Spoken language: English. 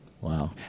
Wow